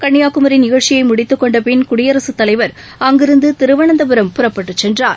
கன்னியாகுமிநிகழ்ச்சியைமுடித்துக் கொண்டபின் குடியரசுத்தலைவா் அங்கிருந்துதிருவனந்தபுரம் புறப்பட்டுச் சென்றார்